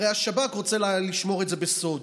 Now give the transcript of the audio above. הרי השב"כ רוצה לשמור את זה בסוד,